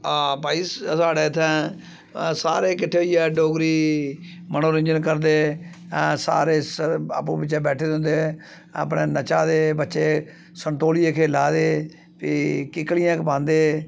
हां भाई साढ़े इत्थै सारे कट्ठे होइयै डोगरी मनोरंजन करदे सारे आपूं बिच्चें बैठे दे होंदे अपने नच्चा दे बच्चे संतोलिये खेढा दे फ्ही किक्लियां पांदे